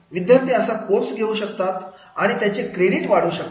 विद्यार्थी असा कोर्स घेऊ शकतात आणि त्यांचे क्रेडिट वाढू शकतात